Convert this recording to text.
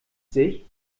sich